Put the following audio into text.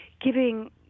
giving